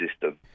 system